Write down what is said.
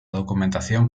documentación